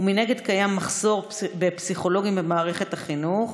ומנגד קיים מחסור בפסיכולוגים במערכת החינוך,